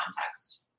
context